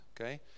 okay